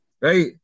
Right